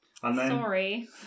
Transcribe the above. Sorry